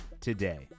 today